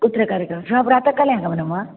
कुत्र कार्यक्रमः श्वः प्रातः काले आगमनं वा